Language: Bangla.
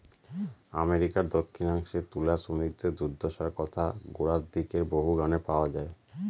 আমেরিকার দক্ষিনাংশে তুলা শ্রমিকদের দূর্দশার কথা গোড়ার দিকের বহু গানে পাওয়া যায়